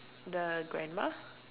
the grandma